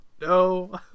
No